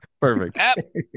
Perfect